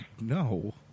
No